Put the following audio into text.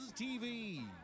TV